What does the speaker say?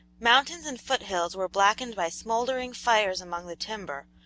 mountains and foot-hills were blackened by smouldering fires among the timber,